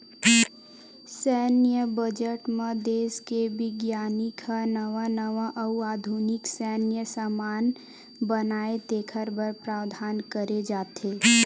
सैन्य बजट म देस के बिग्यानिक ह नवा नवा अउ आधुनिक सैन्य समान बनाए तेखर बर प्रावधान करे जाथे